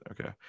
Okay